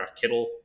Kittle